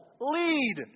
lead